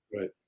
Right